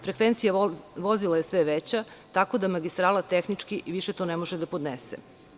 Frekvencija vozila je sve veća tako da magistrala tehnički više to ne može da podnese.